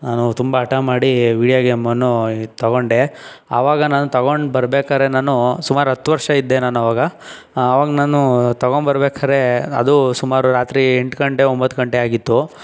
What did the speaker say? ನಾನು ತುಂಬ ಹಠ ಮಾಡಿ ವೀಡಿಯೋ ಗೇಮನ್ನು ತಗೊಂಡೆ ಅವಾಗ ನಾನು ತಗೊಂಡ್ಬರ್ಬೇಕಾದ್ರೆ ನಾನು ಸುಮಾರು ಹತ್ತು ವರ್ಷ ಇದ್ದೆ ನಾನು ಅವಾಗ ಅವಾಗ ನಾನು ತಗೊಳ್ಬೇಕಾರೆ ಅದು ಸುಮಾರು ರಾತ್ರಿ ಎಂಟು ಗಂಟೆ ಒಂಬತ್ತು ಗಂಟೆ ಆಗಿತ್ತು